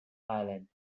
island